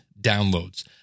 downloads